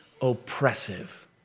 oppressive